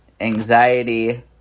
anxiety